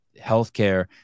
healthcare